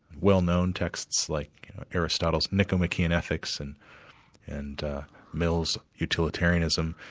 well-known texts like aristotle's nicomachean ethics and and mills' utilitarianism,